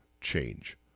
change